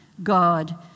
God